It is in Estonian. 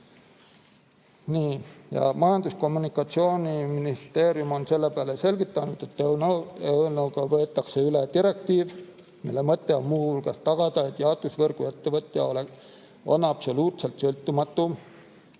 ja Kommunikatsiooniministeerium on selle peale selgitanud, et eelnõuga võetakse üle direktiiv, mille mõte on muu hulgas tagada, et jaotusvõrguettevõtja on absoluutselt sõltumatu